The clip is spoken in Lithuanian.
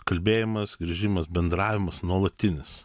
kalbėjimas grįžimas bendravimas nuolatinis